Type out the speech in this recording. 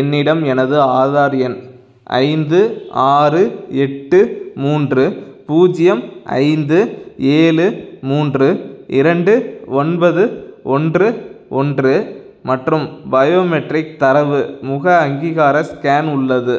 என்னிடம் எனது ஆதார் எண் ஐந்து ஆறு எட்டு மூன்று பூஜ்ஜியம் ஐந்து ஏழு மூன்று இரண்டு ஒன்பது ஒன்று ஒன்று மற்றும் பயோமெட்ரிக் தரவு முக அங்கீகார ஸ்கேன் உள்ளது